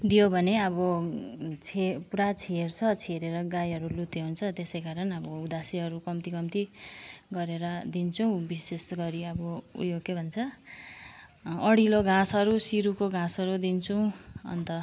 दियो भने अब छे पुरा छेर्छ छेरेर गाईहरू लुते हुन्छ त्यसै कारण अब उदासेहरू कम्ती कम्ती गरेर दिन्छु विशेष गरी अब ऊ यो के भन्छ अडिलो घाँसहरू सिरुको घाँसहरू दिन्छु अन्त